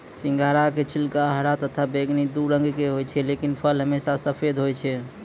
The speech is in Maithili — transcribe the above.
सिंघाड़ा के छिलका हरा तथा बैगनी दू रंग के होय छै लेकिन फल हमेशा सफेद होय छै